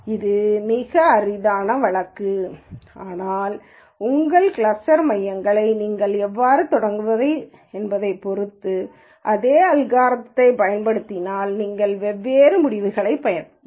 எனவே இது மிகவும் அரிதான வழக்கு ஆனால் உங்கள் கிளஸ்டர் மையங்களை நீங்கள் எவ்வாறு தொடங்குவது என்பதைப் பொறுத்து அதே அல்காரிதம்யைப் பயன்படுத்தினால் நீங்கள் வெவ்வேறு முடிவுகளைப் பெறலாம்